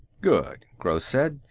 good, gross said.